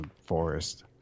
forest